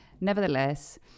Nevertheless